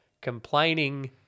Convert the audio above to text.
complaining